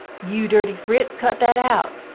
you dirty fritz cut that out,